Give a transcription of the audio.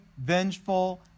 vengeful